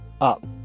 up